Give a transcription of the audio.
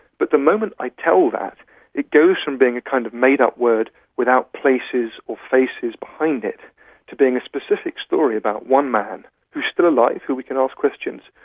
but the moment i tell that it goes from being a kind of made up word without places or faces behind it to being a specific story about one man who is still alive, who we can ask questions,